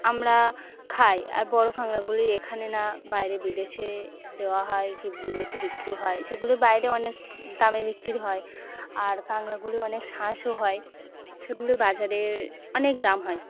আমরা খাই আর বড় কাঁকড়াগুলি এখানে না বাইরে বিদেশে দেওয়া হয় কি বিদেশে বিক্রি হয় সেগুলি বাইরে অনেক দামে বিক্রি হয় আর কাঁকড়াগুলি অনেক শাঁসও হয় সেগুলি বাজারে অনেক দাম হয়